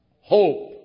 hope